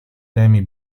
temi